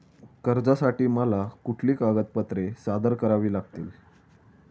कर्जासाठी मला कुठली कागदपत्रे सादर करावी लागतील?